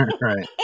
right